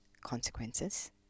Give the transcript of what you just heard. consequences